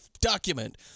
document